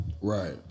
Right